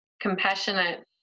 compassionate